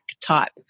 type